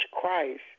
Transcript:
christ